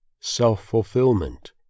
self-fulfillment